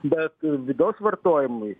bet vidaus vartojimui